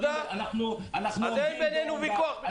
תודה, אז אין בינינו ויכוח בכלל.